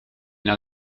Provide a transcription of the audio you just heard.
naar